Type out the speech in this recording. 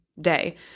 day